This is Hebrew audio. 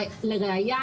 לראיה,